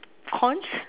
corns